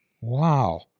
Wow